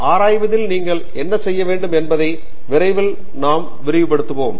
ஆராய்வதில் நீங்கள் என்ன செய்ய வேண்டும் என்பதையெல்லாம் விரைவில் நாம் விரிவுபடுத்துவோம்